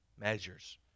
measures